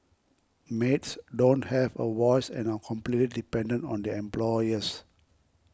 maids don't have a voice and are completely dependent on their employers